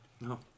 No